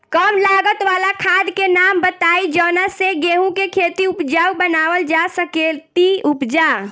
कम लागत वाला खाद के नाम बताई जवना से गेहूं के खेती उपजाऊ बनावल जा सके ती उपजा?